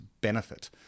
benefit